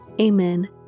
Amen